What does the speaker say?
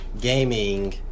gaming